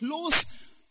close